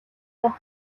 байх